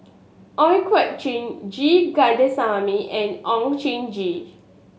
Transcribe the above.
Ooi Kok Chuen G Kandasamy and Oon Jin Gee